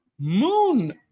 Moon